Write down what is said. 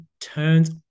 turns